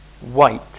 white